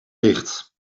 dicht